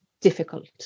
difficult